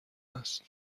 است